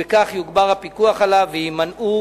בכך יוגבר הפיקוח עליו ויימנעו